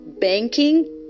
banking